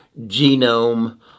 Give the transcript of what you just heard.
genome